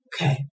Okay